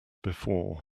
before